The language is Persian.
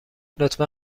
لطفا